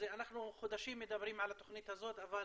אנחנו מדברים חודשים על התוכנית הזאת, אבל